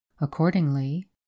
Accordingly